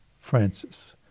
Francis